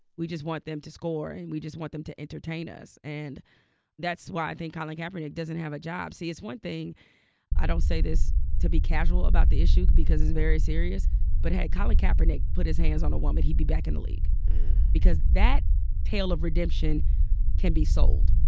we just want them to score, and we just want them to entertain us and that's why i think colin kaepernick doesn't have a job. see, it's one thing i don't say this to be casual about the issue because it's very serious but had colin kaepernick put his hands on a woman, he'd be back in the league because that tale of redemption can be sold.